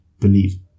believe